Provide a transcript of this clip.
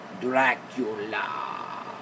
Dracula